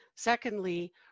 Secondly